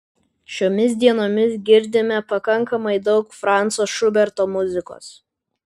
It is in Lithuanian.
šiomis dienomis girdime pakankamai daug franco šuberto muzikos